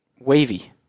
wavy